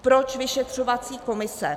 Proč vyšetřovací komise?